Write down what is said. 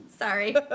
Sorry